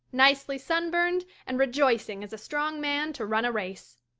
nicely sunburned and rejoicing as a strong man to run a race,